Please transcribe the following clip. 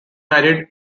married